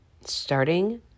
Starting